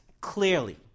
clearly